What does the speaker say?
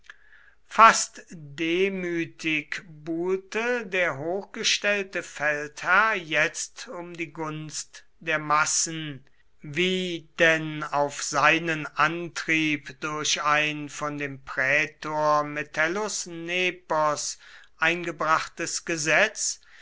fast demütig buhlte der hochgestellte feldherr jetzt um die gunst der massen wie denn auf seinem antrieb durch ein von dem prätor metellus nepos eingebrachtes gesetz